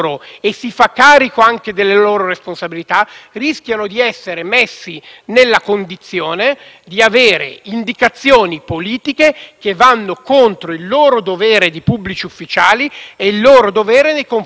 di avere indicazioni politiche che vanno contro il loro dovere di pubblici ufficiali e il loro dovere nei confronti delle leggi. Il paradosso è che poi, se si ipotizza che